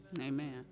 Amen